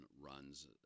runs